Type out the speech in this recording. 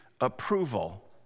approval